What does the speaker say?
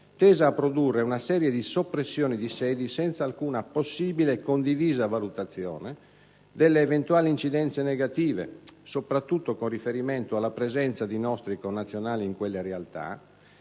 tesa a produrre una serie di soppressioni di sedi senza alcuna possibile e condivisa valutazione delle eventuali incidenze negative, soprattutto con riferimento alla presenza di nostri connazionali in quelle realtà,